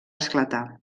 esclatar